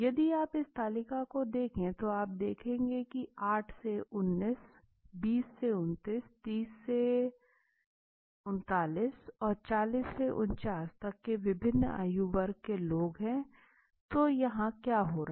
यदि आप इस तालिका को देखें तो आप देखेंगे कि 8 से 19 20 से 29 30 से 39 40 से 49 तक के विभिन्न आयु वर्ग के लोग हैं तो यहाँ क्या हो रहा है